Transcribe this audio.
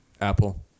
Apple